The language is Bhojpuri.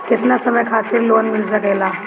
केतना समय खातिर लोन मिल सकेला?